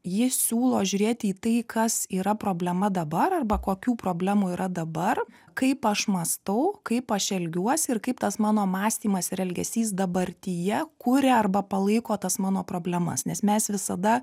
ji siūlo žiūrėti į tai kas yra problema dabar arba kokių problemų yra dabar kaip aš mąstau kaip aš elgiuosi ir kaip tas mano mąstymas ir elgesys dabartyje kuria arba palaiko tas mano problemas nes mes visada